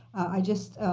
i just